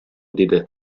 диде